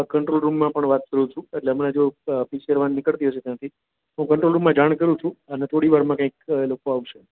control રૂમમાં પણ વાત કરું છું એટલે હમણાં જો પીસીઆર વાન નીકળતી હશે ત્યાંથી હું કંટ્રોલ રૂમમાં જાણ કરું છું અને થોડીવારમાં કાંઈક એ લોકો આવશે